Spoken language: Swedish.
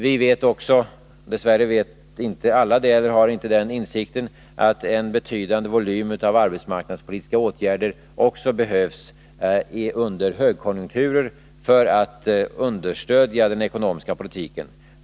Vi vet även — dess värre vet inte alla det eller har inte den insikten — att en betydande volym av arbetsmarknadspolitiska åtgärder också behövs under högkonjunkturer för att understödja den ekonomiska politiken.